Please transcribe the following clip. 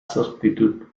substitute